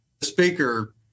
speaker